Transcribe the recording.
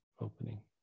opening